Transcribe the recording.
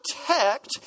protect